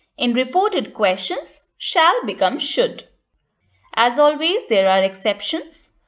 in reported questions, shall becomes should as always, there are exceptions.